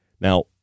Now